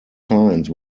signs